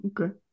okay